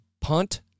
Punt